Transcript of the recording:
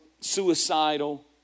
suicidal